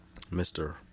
Mr